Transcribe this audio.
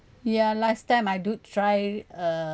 ya last time I did try uh